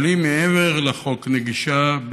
אבל היא מעבר לחוק נגישה,